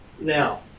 Now